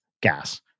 gas